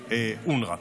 נגד אונר"א.